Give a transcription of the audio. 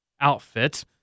outfit